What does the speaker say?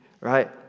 right